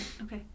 Okay